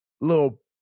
little